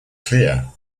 clear